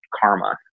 karma